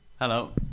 Hello